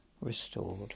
restored